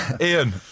Ian